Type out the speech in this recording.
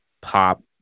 pop